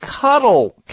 cuddle